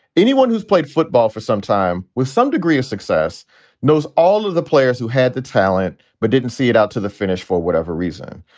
anyone who's played football for some with some degree of success knows all of the players who had the talent but didn't see it out to the finish. for whatever reason,